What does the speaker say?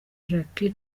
jackie